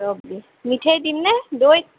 ৰ'বি মিঠৈ দিমনে দৈত